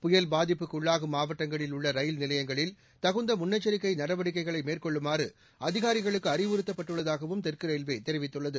புயல் பாதிப்புக்கு உள்ளாகும் மாவட்டங்களில் உள்ள ரயில் நிலையங்களில் க்குந்த முன்னெச்சிக்கை நடவடிக்கைகளை மேற்கொள்ளுமாறும் அதிகாரிகளுக்கு அறிவுறுத்தப்பட்டுள்ளதாகவும் தெற்கு ரயில்வே தெரிவித்துள்ளது